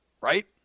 right